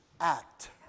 act